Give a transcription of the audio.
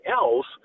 else